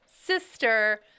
sister